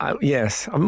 Yes